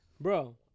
bro